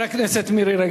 חברת הכנסת מירי רגב,